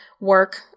work